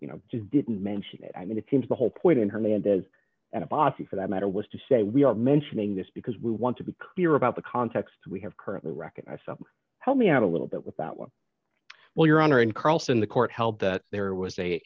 you know just didn't mention it i mean it seems the whole point in hernandez and boston for that matter was to say we are mentioning this because we want to be clear about the context we have currently recognize some help me out a little bit with that one well your honor in carlson the court held that there was a